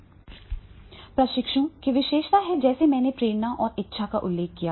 1 प्रशिक्षु की विशेषताएं हैं जैसा कि मैंने प्रेरणा और इच्छा का उल्लेख किया है